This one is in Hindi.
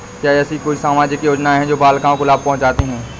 क्या ऐसी कोई सामाजिक योजनाएँ हैं जो बालिकाओं को लाभ पहुँचाती हैं?